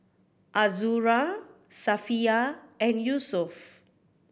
Azura Safiya and Yusuf